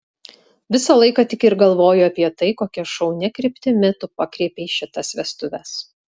visą laiką tik ir galvoju apie tai kokia šaunia kryptimi tu pakreipei šitas vestuves